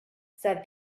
said